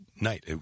night